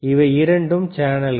இவை இரண்டும் சேனல்கள்